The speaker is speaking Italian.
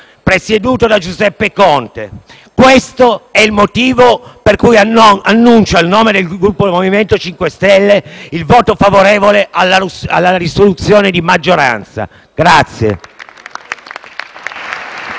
presieduto da Giuseppe Conte. Questo è il motivo per cui dichiaro, a nome del Gruppo MoVimento 5 Stelle, il voto favorevole alla proposta di risoluzione di maggioranza.